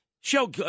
show